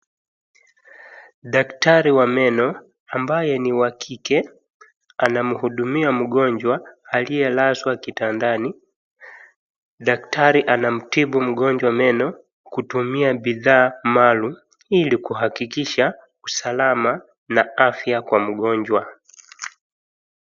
Daktari wa meno ambaye ni wa kike anamhudumia mgonjwa aliyelazwa kitandani. Daktari anamtibu mgonjwa meno kutumia bidhaa maalum kuhakikisha usalama na afya kwa mgonjwa.